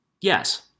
Yes